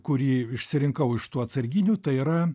kurį išsirinkau iš tų atsarginių tai yra